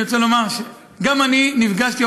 אני רוצה לומר: גם אני נפגשתי,